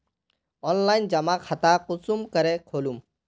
Online जमा खाता कुंसम करे खोलूम?